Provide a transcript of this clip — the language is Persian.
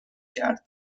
کرد